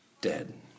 dead